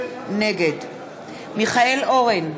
נגד מיכאל אורן,